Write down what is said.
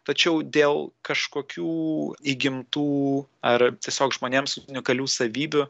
tačiau dėl kažkokių įgimtų ar tiesiog žmonėms unikalių savybių